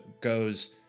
goes